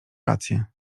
rację